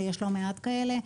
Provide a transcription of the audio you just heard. ויש לא מעט כאלה,